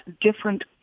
different